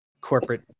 corporate